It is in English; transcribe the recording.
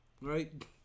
right